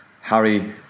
harry